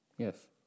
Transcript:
Yes